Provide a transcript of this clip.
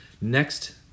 Next